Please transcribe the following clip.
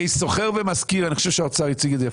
אני חושב שהאוצר הציג את זה יפה,